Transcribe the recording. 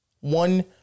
One